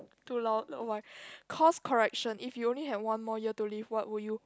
too loud oh my cause correction if you only had one more year to live what would you